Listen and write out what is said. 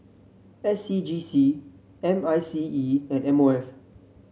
S C G C M I C E and M O F